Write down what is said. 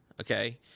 okay